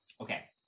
okay